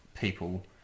people